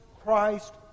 Christ